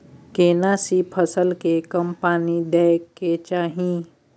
केना सी फसल के कम पानी दैय के चाही?